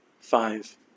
Five